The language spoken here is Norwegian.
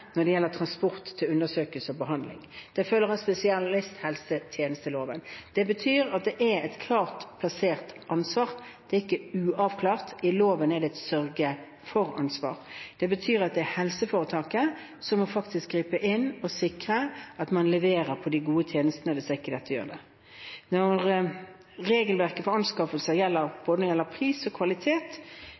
når det gjelder transport til undersøkelse og behandling. Det følger av spesialisthelsetjenesteloven. Det betyr at det er et klart plassert ansvar. Det er ikke uavklart. I loven er det et sørge-for-ansvar. Det betyr at helseforetaket må gripe inn og sikre at man leverer på de gode tjenestene hvis ikke dette gjøres. Når det gjelder regelverket for anskaffelser, er både pris og kvalitet